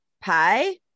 pie